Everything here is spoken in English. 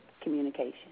communication